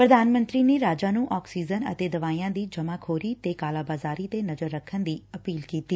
ਪ੍ਰਧਾਨ ਮੰਤਰੀ ਨੇ ਰਾਜਾਂ ਨੂੰ ਆਕਸੀਜਨ ਅਤੇ ਦਵਾਈਆਂ ਦੀ ਜਮਾਂਬੋਰੀ ਤੇ ਕਾਲਾਬਾਜ਼ਾਰੀ ਤੇ ਨਜ਼ਰ ਰੱਖਣ ਦੀ ਅਪੀਲ ਕੀਤੀ